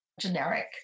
generic